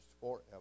forever